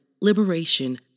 liberation